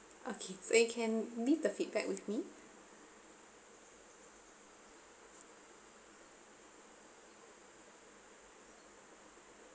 okay so you can leave the feedback with me